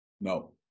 No